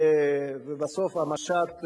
ובסוף המשט,